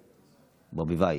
ברביבאי.